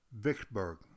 Vicksburg